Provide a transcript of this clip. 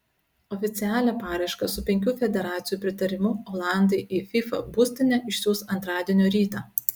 oficialią paraišką su penkių federacijų pritarimu olandai į fifa būstinę išsiųs antradienio rytą